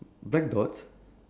black dots